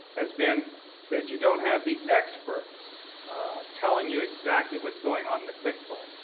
has been that you don't have the experts telling you exactly what's going on in the pixel.